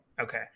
Okay